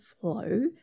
flow